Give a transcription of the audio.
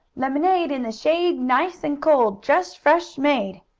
lemonade, in the shade, nice and cold, just fresh made!